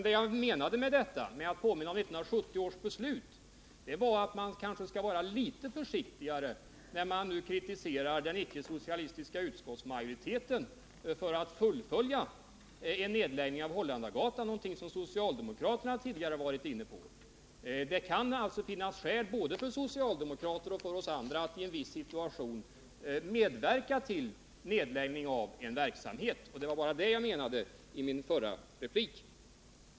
Det jag menade med att påminna om 1970 års beslut var att man kanske skall vara litet försiktigare när man kritiserar den icke-socialistiska utskottsmajoriteten för att fullfölja en nedläggning på Holländargatan, något som socialdemokraterna tidigare varit inne på. Det kan alltså finnas skäl för både socialdemokraterna och oss andra att i en viss situation medverka till nedläggning av en verksamhet. Det var bara det jag menade i min förra replik.